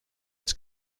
its